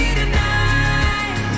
tonight